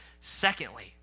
Secondly